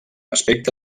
aspecte